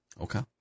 Okay